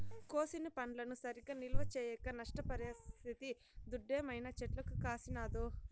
కోసిన వడ్లను సరిగా నిల్వ చేయక నష్టపరిస్తిది దుడ్డేమైనా చెట్లకు కాసినాదో